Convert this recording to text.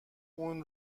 اون